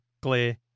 glare